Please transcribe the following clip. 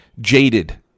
jaded